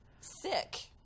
sick